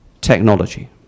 technology